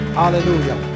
hallelujah